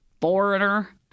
foreigner